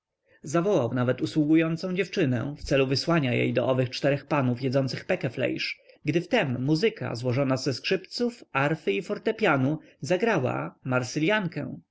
nawet usługującą dziewczynę w celu wysłania jej do owych czterech panów jedzących pekeflejsz gdy wtem muzyka złożona ze skrzypców arfy i fortepianu zagrała